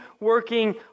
working